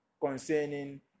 concerning